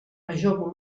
major